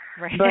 Right